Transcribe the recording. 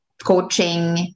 coaching